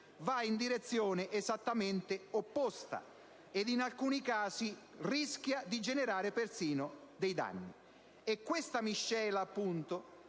va in una direzione esattamente opposta, e in alcuni casi rischia di generare persino danni. Questa miscela è